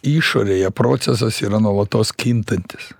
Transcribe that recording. išorėje procesas yra nuolatos kintantis